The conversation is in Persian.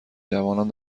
جوانان